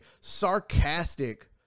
sarcastic